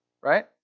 Right